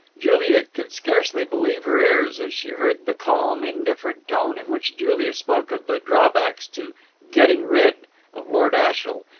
juliet could scarcely believe her ears as she heard the calm, indifferent tone in which julia spoke of the drawbacks to getting rid of lord ashiel,